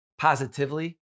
positively